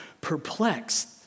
perplexed